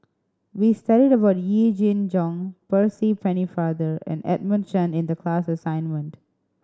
we studied about Yee Jenn Jong Percy Pennefather and Edmund Chen in the class assignment